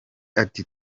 ati